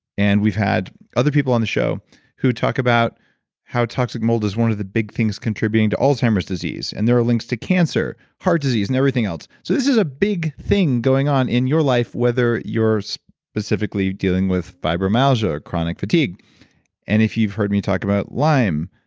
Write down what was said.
and we've had other people on the show who talk about how toxic mold is one of the big things contributing to alzheimer's disease and there are links to cancer, heart disease and everything else this is a big thing going on in your life, whether you are so specifically dealing with fibromyalgia or chronic fatigue and if you've heard me talk about lyme.